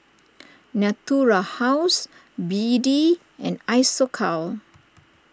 Natura House B D and Isocal